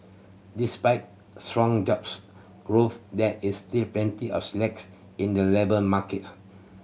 despite strong jobs growth there is still plenty of slack in the labour market